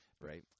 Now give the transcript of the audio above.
Right